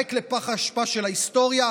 שייזרק לפח האשפה של ההיסטוריה.